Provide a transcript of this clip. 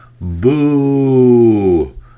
Boo